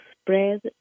spread